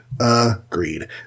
Agreed